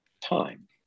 time